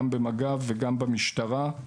גם במג"ב וגם במשטרה.